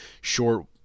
short